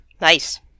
Nice